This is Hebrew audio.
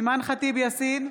אימאן ח'טיב יאסין,